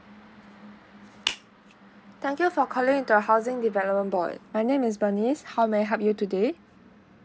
thank you for calling the housing development board my name is bernice how may I help you today